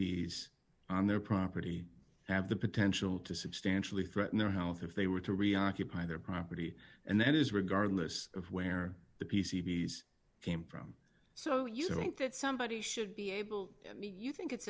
b on their property have the potential to substantially threaten their health if they were to reoccupy their property and that is regardless of where the p c b came from so you think that somebody should be able you think it's